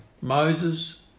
Moses